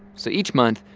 so each month,